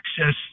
access